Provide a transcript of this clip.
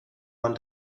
man